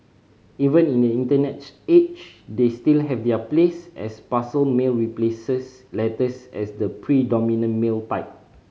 even in the internet age they still have their place as parcel mail replaces letters as the predominant mail type